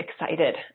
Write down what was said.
excited